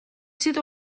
sydd